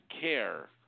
care